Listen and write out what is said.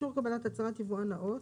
אישור קבלת הצהרת יבואן נאות